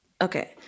Okay